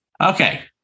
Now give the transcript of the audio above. okay